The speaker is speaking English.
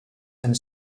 and